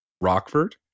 Rockford